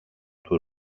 του